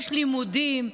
יש לימודים,